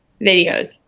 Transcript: Videos